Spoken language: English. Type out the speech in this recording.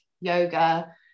yoga